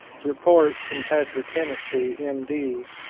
report from patrick hennessey, m. d,